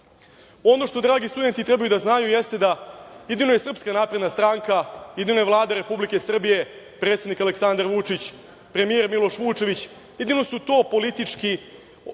što dragi studenti treba da znaju jeste da jedino je SNS, jedino je Vlada Republike Srbije, predsednik Aleksandar Vučić, premijer Miloš Vučević, jedino su to politički,